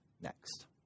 next